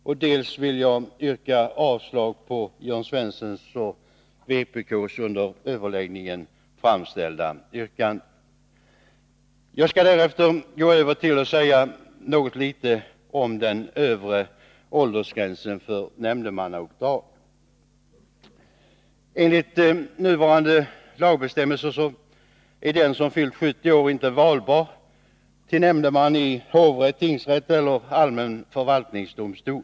Dessutom vill jag yrka avslag på det av Jörn Svensson under överläggningen framställda yrkandet. Härefter vill jag gå över till att säga några ord om den övre åldersgränsen för nämndemannauppdrag. Enligt nuvarande lagbestämmelser är den som fyllt 70 år inte valbar till nämndeman i hovrätt, tingsrätt eller allmän förvaltningsdomstol.